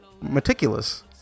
meticulous